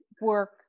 work